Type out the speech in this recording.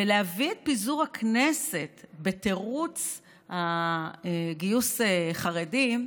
ולהביא את פיזור הכנסת בתירוץ של גיוס החרדים,